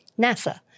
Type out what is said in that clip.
NASA